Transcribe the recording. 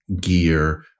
gear